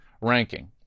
ranking